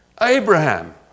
Abraham